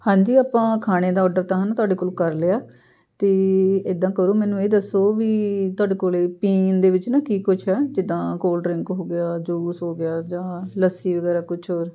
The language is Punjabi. ਹਾਂਜੀ ਆਪਾਂ ਖਾਣੇ ਦਾ ਔਡਰ ਤਾਂ ਹੈ ਨਾ ਤੁਹਾਡੇ ਕੋਲ ਕਰ ਲਿਆ ਅਤੇ ਇੱਦਾਂ ਕਰੋ ਮੈਨੂੰ ਇਹ ਦੱਸੋ ਵੀ ਤੁਹਾਡੇ ਕੋਲ ਪੀਣ ਦੇ ਵਿੱਚ ਨਾ ਕੀ ਕੁਛ ਆ ਜਿੱਦਾਂ ਕੋਲਡ ਡਰਿੰਕ ਹੋ ਗਿਆ ਜੂਸ ਹੋ ਗਿਆ ਜਾਂ ਲੱਸੀ ਵਗੈਰਾ ਕੁਛ ਹੋਰ